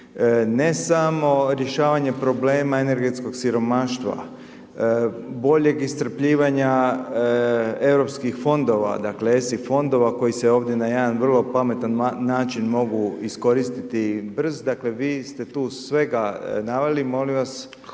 ne samo rješavanje problema energetskog siromaštva, boljeg iscrpljivanja Europskih fondova, dakle, esif fondova koji se ovdje na jedan vrlo pametan način mogu iskoristiti, brz, dakle, vi ste tu svega naveli, molim